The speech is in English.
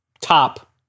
top